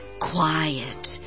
quiet